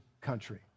country